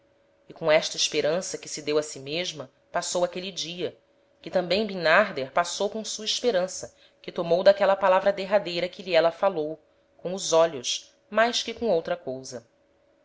e com esta esperança que se deu a si mesma passou aquele dia que tambem bimnarder passou com sua esperança que tomou d'aquela palavra derradeira que lhe éla falou com os olhos mais que com outra cousa